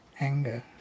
Anger